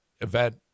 event